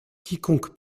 quiconque